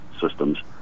systems